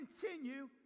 continue